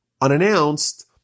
unannounced